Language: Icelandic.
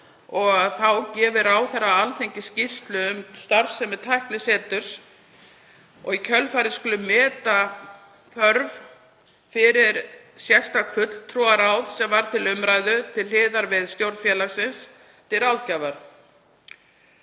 og að þá gefi ráðherra Alþingi skýrslu um starfsemi tækniseturs. Í kjölfarið skuli meta þörf fyrir sérstakt fulltrúaráð, sem var til umræðu, til hliðar við stjórn félagsins til ráðgjafar.